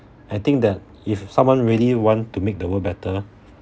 I think that if someone really want to make the world better